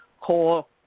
call